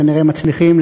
וכנראה מצליחים,